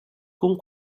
con